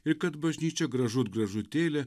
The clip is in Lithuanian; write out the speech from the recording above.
ir kad bažnyčia gražut gražutėlė